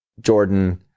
Jordan